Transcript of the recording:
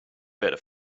better